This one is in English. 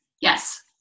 Yes